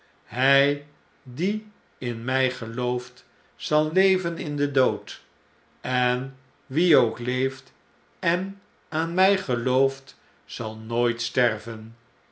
hij die in mij gelooft zal leven in den dood en wie ook leeft en aan my gelooft zal nooit sterven